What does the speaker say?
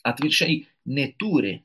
atvirkščiai netūri